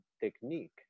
technique